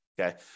Okay